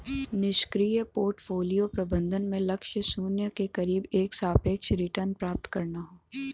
निष्क्रिय पोर्टफोलियो प्रबंधन में लक्ष्य शून्य के करीब एक सापेक्ष रिटर्न प्राप्त करना हौ